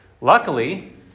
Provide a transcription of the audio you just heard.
Luckily